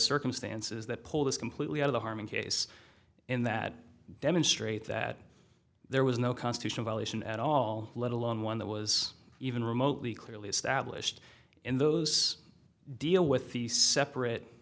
circumstances that pull this completely out of the harman case and that demonstrate that there was no constitutional violation at all let alone one that was even remotely clearly established in those deal with the separate